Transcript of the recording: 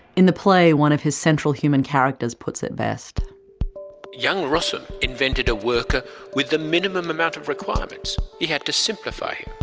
in the play, one of his central human characters, puts it best young rossum invented a worker with the minimum amount of requirements. he had to simplify him.